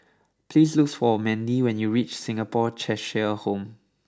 please look for Mendy when you reach Singapore Cheshire Home